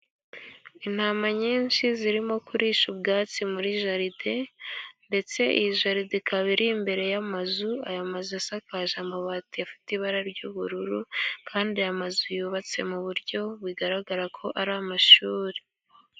Intama nyinshi zirimo kurisha ubwatsi muri jaride, ndetse iyi jaride ikaba iri imbere y'amazum, aya mazu asakaje amabati afite ibara ry'ubururu, kandi aya mazu yubatse mu buryo bigaragara ko ari amashuri.